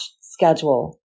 schedule